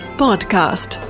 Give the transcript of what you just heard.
podcast